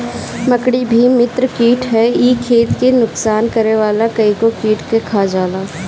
मकड़ी भी मित्र कीट हअ इ खेत के नुकसान करे वाला कइगो कीट के खा जाला